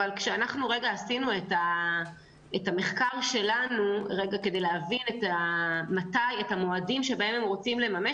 אבל כשעשינו את המחקר שלנו כדי להבין את המועדים שבהם הם רוצים לממש,